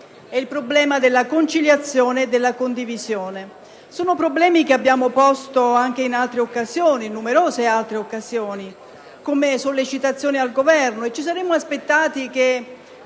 il problema della conciliazione e della condivisione. Si tratta di questioni che abbiamo posto in numerose altre occasioni come sollecitazione al Governo. Ci saremmo aspettati che,